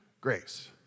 grace